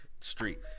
Street